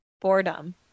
boredom